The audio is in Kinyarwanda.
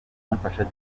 kumufasha